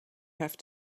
have